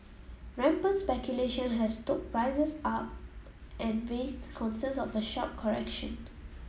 rampant speculation has stoked prices are and raised concerns of a sharp correction